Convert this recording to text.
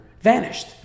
vanished